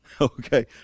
Okay